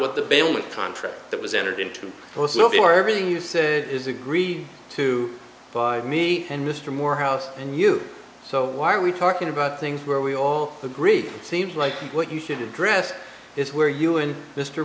contract that was entered into your everything you said his agree to by me and mr morehouse and you so why are we talking about things where we all agree seems like what you should address is where you and mr